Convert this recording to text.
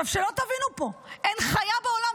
שלא תבינו פה: אין חיה בעולם,